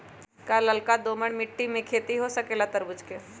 का लालका दोमर मिट्टी में खेती हो सकेला तरबूज के?